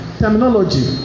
terminology